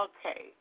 Okay